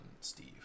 Steve